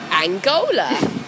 Angola